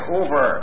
over